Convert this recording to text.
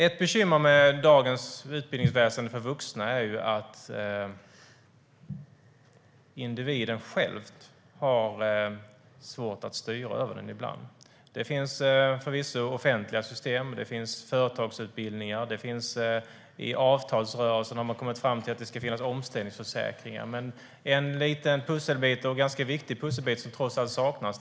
Ett bekymmer med dagens utbildningsväsen för vuxna är att individen själv har svårt att styra över detta ibland. Det finns förvisso offentliga system. Det finns företagsutbildningar. I avtalsrörelsen har man kommit fram till att det ska finnas omställningsförsäkringar. Men det är en liten pusselbit, en ganska viktig pusselbit, som trots allt saknas.